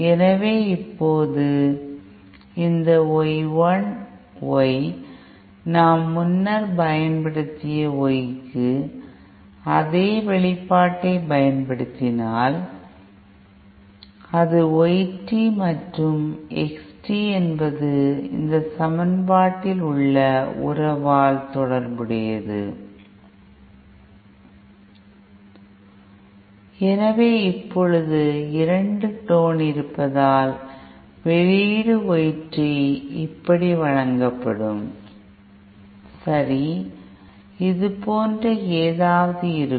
எனவே இப்போது இந்த Y 1 Y நாம் முன்னர் பயன்படுத்திய Y க்கு அதே வெளிப்பாட்டைப் பயன்படுத்தினால் அது Y t மற்றும் X t என்பது இந்த சமன் பாட்டில் உள்ள இந்த உறவால் தொடர்புடையது எனவே இப்போது இரண்டு டோன் இருப்பதால் வெளியீடு Y t இப்படி வழங்கப்படும் சரி இது போன்ற ஏதாவது இருக்கும்